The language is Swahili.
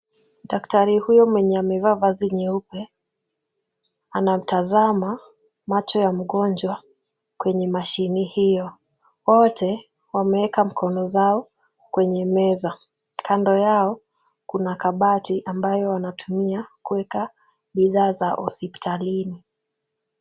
Daktari huyu mwenye amevaa vazi nyeupe, anatazama macho ya mgonjwa kwenye mashine hiyo. Wote wameeka mikono zao kwenye meza. Kando yao kuna kabati ambayo wanatumia kueka bidhaa za hospitalini.